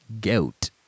goat